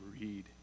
read